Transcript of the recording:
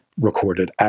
recorded